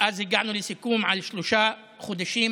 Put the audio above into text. הגענו לסיכום על שלושה חודשים